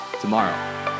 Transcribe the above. tomorrow